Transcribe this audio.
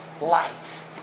life